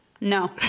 No